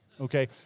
Okay